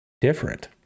different